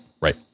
right